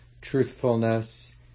truthfulness